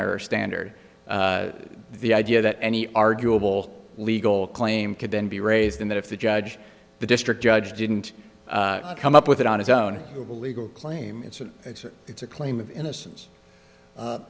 error standard the idea that any arguable legal claim could then be raised in that if the judge the district judge didn't come up with it on his own of illegal claim it's an it's a claim of innocence